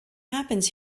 happens